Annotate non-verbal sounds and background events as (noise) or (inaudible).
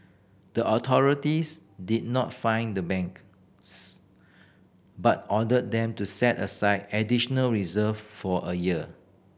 the authorities did not fine the bank (unintelligible) but ordered them to set aside additional reserve for a year